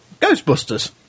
Ghostbusters